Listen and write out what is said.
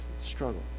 Struggle